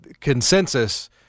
consensus